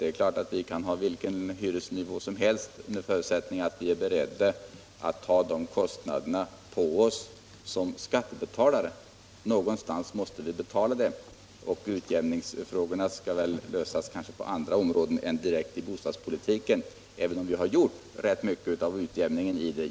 Vi kan naturligtvis ha vilken hyresnivå som helst under förutsättning att vi är beredda att ta kostnaderna på oss som skattebetalare; någonstans måste vi betala kostnaderna. Men utjämningsfrågorna bör lösas på andra områden än direkt i bostadspolitiken, även om vi har åstadkommit rätt mycket av utjämning inom den.